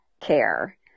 care